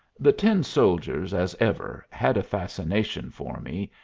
the tin-soldiers as ever had a fascination for me,